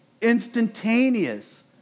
instantaneous